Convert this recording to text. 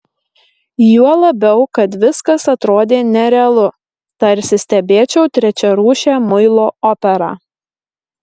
juo labiau kad viskas atrodė nerealu tarsi stebėčiau trečiarūšę muilo operą